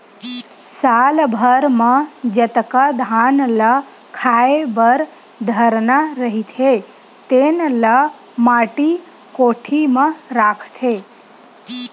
साल भर म जतका धान ल खाए बर धरना रहिथे तेन ल माटी कोठी म राखथे